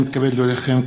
הנני מתכבד להודיעכם,